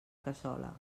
cassola